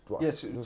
Yes